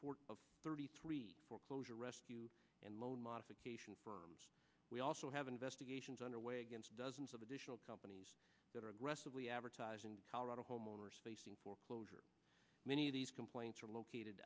of thirty three foreclosure rescue and loan modification firms we also have investigations underway against dozens of additional companies that are aggressively advertise in colorado homeowners facing foreclosure many of these points are located